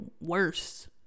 worse